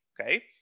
okay